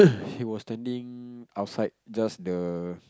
he was standing outside just the